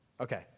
Okay